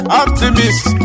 optimist